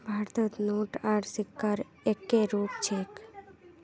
भारतत नोट आर सिक्कार एक्के रूप छेक